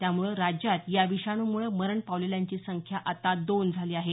त्यामुळे राज्यात या विषाणूमुळे मरण पावलेल्यांची संख्या आता दोन झाली आहे